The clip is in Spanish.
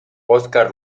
oscar